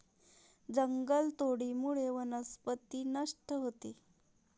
जंगलतोडीमुळे वनस्पती नष्ट होते